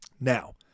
Now